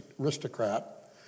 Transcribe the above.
aristocrat